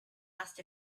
asked